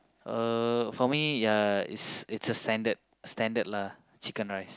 uh for me ya it's it's a standard standard lah chicken-rice